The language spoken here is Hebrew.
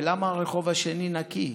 למה הרחוב השני נקי?